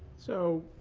so